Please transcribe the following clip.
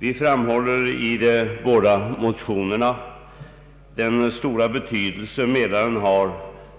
Vi framhåller i de båda motionerna den stora betydelse Mälaren har